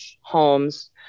homes